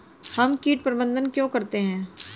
हम कीट प्रबंधन क्यों करते हैं?